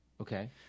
Okay